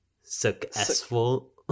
successful